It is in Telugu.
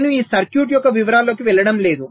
నేను ఈ సర్క్యూట్ యొక్క వివరాలలోకి వెళ్ళడం లేదు